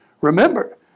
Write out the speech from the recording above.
Remember